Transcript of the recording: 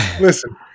Listen